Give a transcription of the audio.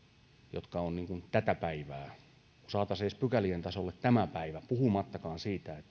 jotka ovat tätä päivää saataisiin edes pykälien tasolle tämä päivä puhumattakaan siitä